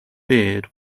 beard